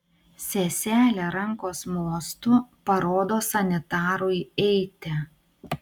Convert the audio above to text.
seselė rankos mostu parodo sanitarui eiti